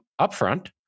upfront